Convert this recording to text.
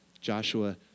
Joshua